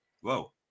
Whoa